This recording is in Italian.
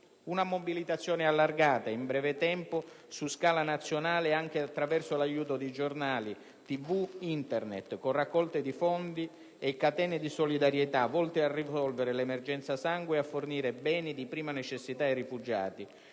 Una mobilitazione allargata in breve tempo su scala nazionale, anche attraverso l'aiuto di giornali, TV, Internet, con raccolte di fondi e catene di solidarietà volte a risolvere l'emergenza sangue e a fornire beni di prima necessità ai rifugiati,